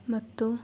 ಮತ್ತು